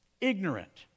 ignorant